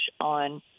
on –